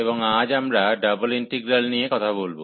এবং আজ আমরা ডাবল ইন্টিগ্রাল নিয়ে কথা বলব